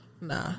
Nah